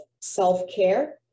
self-care